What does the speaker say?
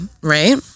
right